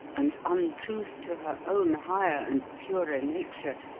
and untruth to her own higher and purer nature,